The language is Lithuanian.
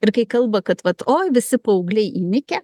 ir kai kalba kad vat oi visi paaugliai įnikę